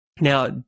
Now